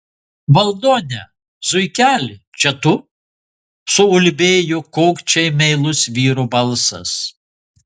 valdone zuikeli čia tu suulbėjo kokčiai meilus vyro balsas